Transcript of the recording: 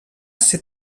ser